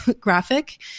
graphic